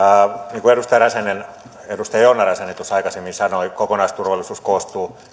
niin kuin edustaja joona räsänen tuossa aikaisemmin sanoi kokonaisturvallisuus koostuu